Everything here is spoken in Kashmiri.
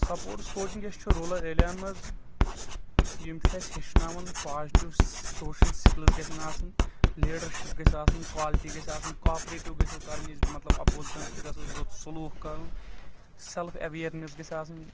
سپوٹس کوچِنگ یۄس چھ روٗرل ایریا ہن منٛز یِم چھ اَسہِ ہیٚچھناوان پازِٹیوٗ سوشل سِکلٕز گژھن آسٕنۍ لیٖڈرشِپ گژھہِ آسٕنۍ کالٹی گژھہِ آسٕنۍ کاپریٹِوٗ گژھو کرٕنۍ أسۍ مطلب اپوزِٹن سۭتۍ گژھو رُت سلوٗک کرُن سٮ۪لٕف ایٚویرنٮ۪س گژھہِ آسٕنۍ